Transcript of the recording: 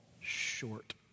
short